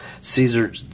Caesar